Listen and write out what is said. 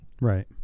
Right